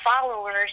followers